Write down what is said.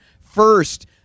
first